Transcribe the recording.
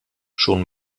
schon